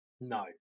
No